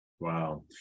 Wow